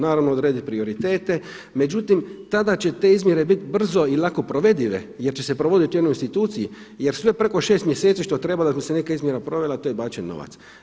Naravno odrediti prioritete, međutim tada će te izmjere biti brzo i lako provedive jer će se provoditi u jednoj instituciji jer sve preko šest mjeseci što treba da bi se neka izmjena provela to je bačen novac.